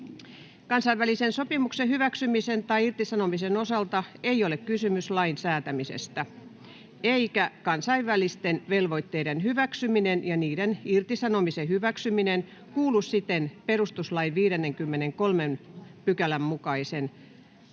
Kansainvälisen sopimuksen hyväksymisen tai irtisanomisen osalta ei ole kysymys lain säätämisestä, eikä kansainvälisten velvoitteiden hyväksyminen ja niiden irtisanomisen hyväksyminen kuulu siten perustuslain 53 §:n mukaisen